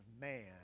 man